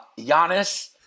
Giannis